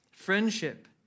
Friendship